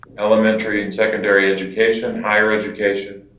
elementary and secondary education, higher education,